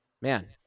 man